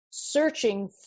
searching